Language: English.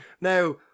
now